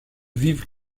vivent